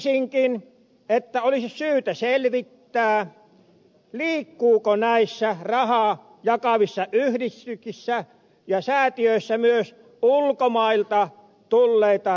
näkisinkin että olisi syytä selvittää liikkuuko näissä rahaa jakavissa yhdistyksissä ja säätiöissä myös ulkomailta tulleita rahoja